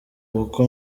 kuko